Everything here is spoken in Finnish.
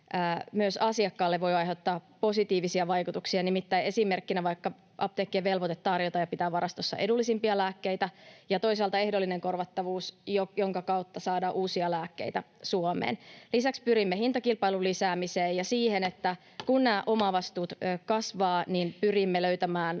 myös asiakkaalle voivat aiheuttaa positiivisia vaikutuksia. Nimittäin esimerkkinä vaikka apteekkien velvoite tarjota ja pitää varastossa edullisimpia lääkkeitä ja toisaalta ehdollinen korvattavuus, jonka kautta saadaan uusia lääkkeitä Suomeen. Lisäksi pyrimme hintakilpailun lisäämiseen ja siihen, että kun nämä omavastuut kasvavat, niin pyrimme löytämään